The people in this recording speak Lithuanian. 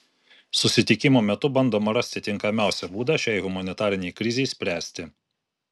susitikimo metu bandoma rasti tinkamiausią būdą šiai humanitarinei krizei spręsti